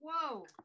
Whoa